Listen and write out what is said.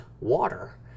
water